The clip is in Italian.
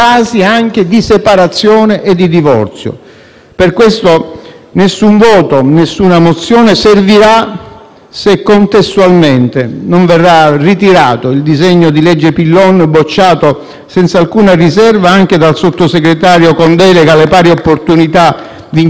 Per questo nessun voto e nessuna mozione serviranno, se contestualmente non verrà ritirato il disegno di legge Pillon, bocciato senza alcuna riserva anche dal sottosegretario con delega alle pari opportunità Vincenzo Spadafora, del vostro stesso Governo.